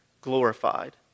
glorified